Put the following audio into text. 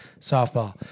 softball